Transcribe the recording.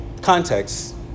context